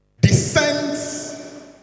descends